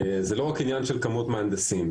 זה לא רק עניין של כמות מהנדסים.